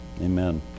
Amen